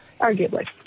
arguably